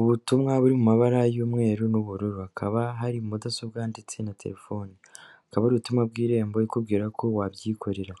Ubutumwa buri mu mabara y'umweru n'ubururu hakaba hari mudasobwa ndetse na terefone akaba ari ubutumwa bw'irembo ikubwira ko wabyikorera